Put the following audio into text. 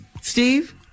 Steve